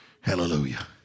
Hallelujah